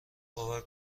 باور